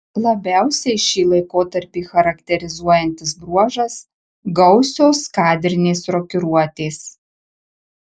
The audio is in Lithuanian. labiausiai šį laikotarpį charakterizuojantis bruožas gausios kadrinės rokiruotės